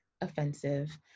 offensive